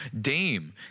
Dame